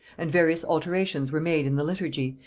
and various alterations were made in the liturgy,